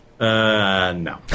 no